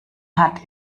hat